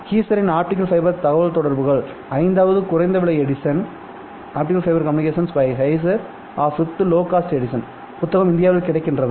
கீசரின் optical fibre தகவல்தொடர்புகள் ஐந்தாவது குறைந்த விலை எடிசன் புத்தகம் இந்தியாவில் கிடைக்கின்றதா